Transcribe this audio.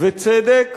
וצדק